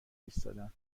ایستادن